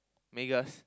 May girls